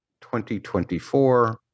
2024